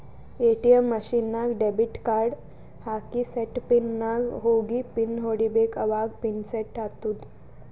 ATM machine ನಾಗ್ debit card ಹಾಕಿ set pin ನಾಗ್ ಹೋಗಿ ಪಿನ್ ಹೊಡಿಬೇಕ ಅವಾಗ ಪಿನ್ ಸೆಟ್ ಆತ್ತುದ